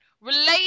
related